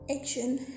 action